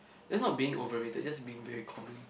that's not being overrated just being very common